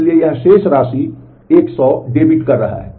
इसलिए यह शेष राशि से 100 डेबिट कर रहा है